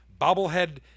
bobblehead